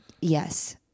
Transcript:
Yes